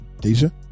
Deja